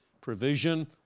provision